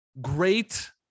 great